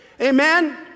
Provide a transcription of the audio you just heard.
Amen